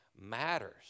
matters